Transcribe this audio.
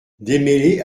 démêlés